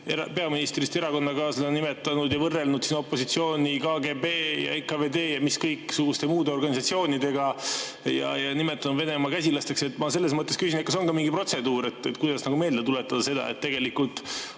peaministrist erakonnakaaslane on võrrelnud opositsiooni KGB ja NKVD ja mis kõiksuguste muude organisatsioonidega ja nimetanud Venemaa käsilasteks. Ma selles mõttes küsin, kas on ka mingi protseduur, kuidas meelde tuletada seda, et tegelikult